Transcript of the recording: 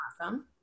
awesome